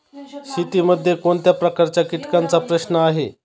शेतीमध्ये कोणत्या प्रकारच्या कीटकांचा प्रश्न आहे?